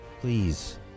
Please